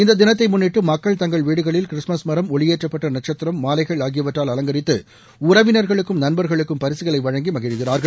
இந்த தினத்தை முன்னிட்டு மக்கள் தங்கள் வீடுகளில் கிறிஸ்துமஸ் மரம் ஒளியேற்றப்பட்ட நட்சத்திரம் மாலைகள் ஆகியவற்றால் அலங்கரித்து உறவினர்களுக்கும் நண்பர்களுக்கும் பரிசுகளை வழங்கி மகிழ்கிறார்கள்